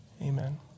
amen